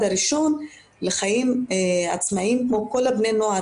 הראשון לחיים עצמאיים כמו כל בני הנוער,